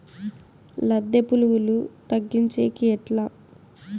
లద్దె పులుగులు తగ్గించేకి ఎట్లా?